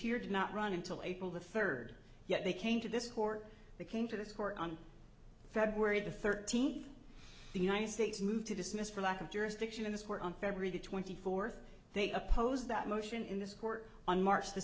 did not run until april the third yet they came to this court they came to this court on february the thirteenth the united states moved to dismiss for lack of jurisdiction in this war on february twenty fourth they opposed that motion in this court on march the